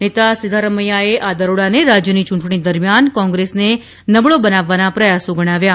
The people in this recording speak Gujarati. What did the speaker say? નેતા સિધ્ધારમૈયાએ આ દરોડાને રાજ્યની ચૂંટણી દરમિયાન કોંગ્રેસને નબળો બનાવવાના પ્રયાસો ગણાવ્યા